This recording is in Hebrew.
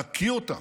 להקיא אותן,